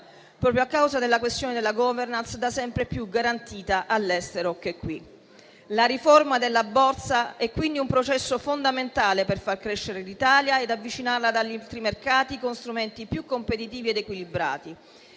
proprio a causa della questione della *governance* da sempre più garantita all'estero che qui. La riforma della Borsa è quindi un processo fondamentale per far crescere l'Italia ed avvicinarla ad altri mercati con strumenti più competitivi ed equilibrati